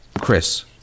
Chris